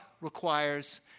requires